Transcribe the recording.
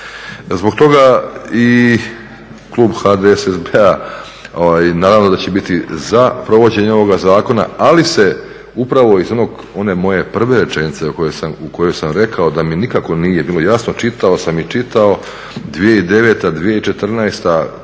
Zbog toga i klub HDSSB-a naravno da će biti za provođenje ovog zakona, ali se upravo iz one moje prve rečenice koju sam rekao da mi nikako nije bilo jasno, čitao sam i čitao 2009.-2014.u